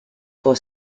for